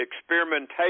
experimentation